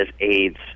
aids